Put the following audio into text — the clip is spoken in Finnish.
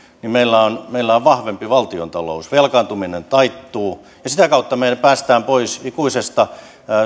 niin meillä on meillä on vahvempi valtiontalous velkaantuminen taittuu ja sitä kautta me pääsemme pois ikuisesta